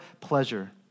pleasure